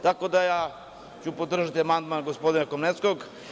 Tako da ću ja podržati amandman gospodina Komlenskog.